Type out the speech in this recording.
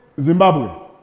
Zimbabwe